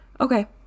Okay